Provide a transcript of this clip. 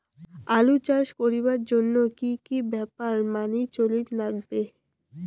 আলু চাষ করিবার জইন্যে কি কি ব্যাপার মানি চলির লাগবে?